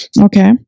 okay